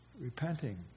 repenting